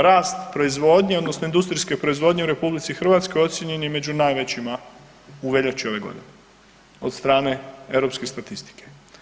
Rast proizvodnje odnosno industrijske proizvodnje u RH ocijenjen je među najvećima u veljači ove godine od strane europske statistike.